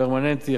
פרמננטי,